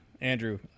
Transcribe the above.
andrew